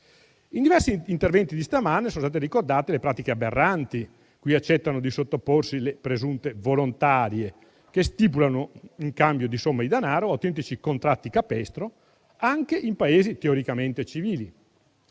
In diversi interventi di stamane sono state ricordate le pratiche aberranti cui accettano di sottoporsi le presunte volontarie, che stipulano, in cambio di somme di danaro, autentici contratti capestro anche in Paesi teoricamente civili.